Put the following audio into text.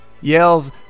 yells